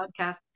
podcast